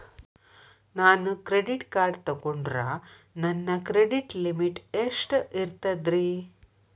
ನಾನು credit card ತೊಗೊಂಡ್ರ ನನ್ನ ಕ್ರೆಡಿಟ್ ಲಿಮಿಟ್ ಎಷ್ಟ ಇರ್ತದ್ರಿ?